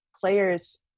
players